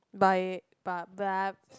by b~ blah